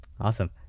Awesome